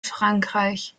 frankreich